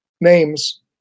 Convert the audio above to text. names